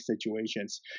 situations